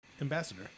Ambassador